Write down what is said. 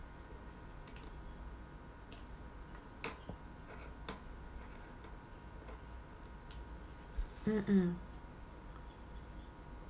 mm mm